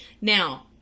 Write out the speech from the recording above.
Now